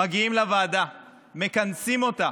מגיעים לוועדה, מכנסים אותה,